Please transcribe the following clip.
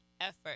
effort